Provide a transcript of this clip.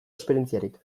esperientziarik